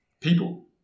people